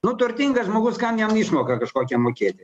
nu turtingas žmogus kam jam išmoką kažkokią mokėti